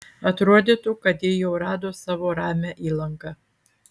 atrodytų kad ji jau rado savo ramią įlanką